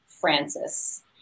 Francis